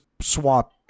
swap